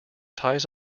ties